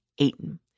Aiton